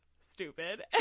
stupid